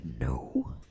No